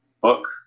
book